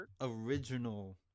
original